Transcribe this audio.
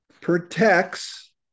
protects